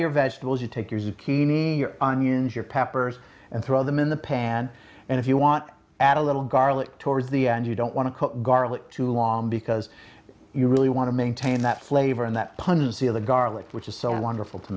your vegetables you take your zucchini onions your peppers and throw them in the pan and if you want to add a little garlic towards the end you don't want to cook garlic too long because you really want to maintain that flavor and that pungency of the garlic which is so wonderful to